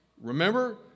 Remember